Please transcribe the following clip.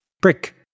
brick